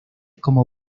como